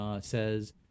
says